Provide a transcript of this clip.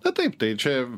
na taip tai čia